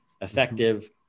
effective